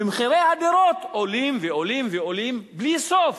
ומחירי הדירות עולים ועולים בלי סוף.